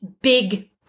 big